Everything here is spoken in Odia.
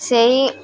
ସେଇ